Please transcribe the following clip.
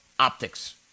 Optics